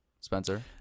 Spencer